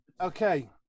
Okay